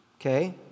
okay